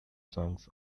songs